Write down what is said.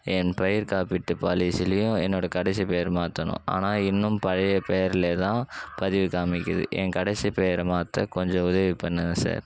என் பெயர் காப்பீட்டு பாலிசிலையும் என்னோட கடைசி பேர் மாற்றணும் ஆனால் இன்னும் பழைய பெயர்ல தான் பதிவு காமிக்குது என் கடைசி பெயரை மாற்ற கொஞ்சம் உதவி பண்ணுங்கள் சார்